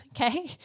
okay